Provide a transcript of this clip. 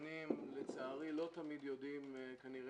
לצערי הם לא יודעים תמיד כנראה,